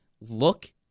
look